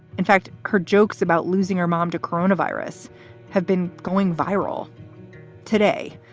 in fact, her jokes about losing her mom to corona virus have been going viral today.